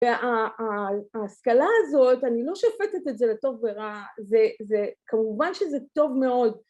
‫וההשכלה הזאת, ‫אני לא שופטת את זה לטוב ורע, ‫כמובן שזה טוב מאוד.